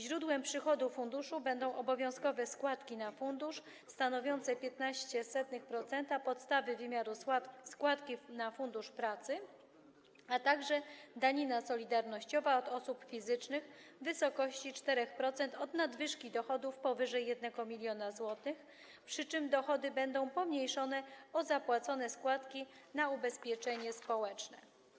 Źródłem przychodu funduszu będą obowiązkowe składki na fundusz stanowiące 0,15% podstawy wymiaru składki na Fundusz Pracy, a także danina solidarnościowa od osób fizycznych w wysokości 4% od nadwyżki dochodów powyżej 1 mln zł, przy czym dochody będą pomniejszone o zapłacone składki na ubezpieczenie społeczne.